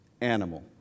animal